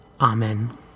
Amen